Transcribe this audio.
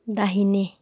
दाहिने